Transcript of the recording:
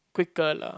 quicker lah